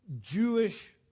Jewish